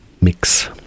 mix